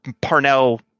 parnell